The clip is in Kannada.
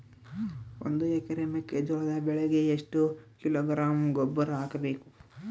ಒಂದು ಎಕರೆ ಮೆಕ್ಕೆಜೋಳದ ಬೆಳೆಗೆ ಎಷ್ಟು ಕಿಲೋಗ್ರಾಂ ಗೊಬ್ಬರ ಹಾಕಬೇಕು?